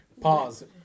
pause